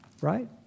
Right